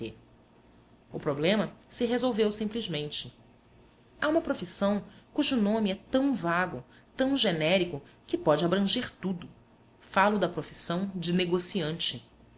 o problema se resolveu simplesmente há uma profissão cujo nome é tão vago tão genérico que pode abranger tudo falo da profissão de negociante